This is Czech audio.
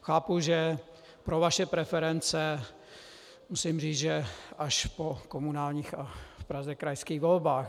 Chápu, že pro vaše preference, musím říct, že až po komunálních a v Praze krajských volbách.